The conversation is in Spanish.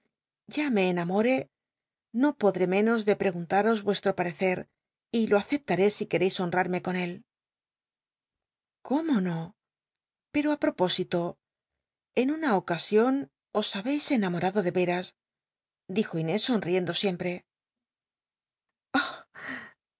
ya me enamoré no podré menos de preguntaros vuesti'o parecer y lo aceptaré si quereis homarme con él cómo no pero á propósito en una ocasion os habeis enamorado de veras dijo inés son siempre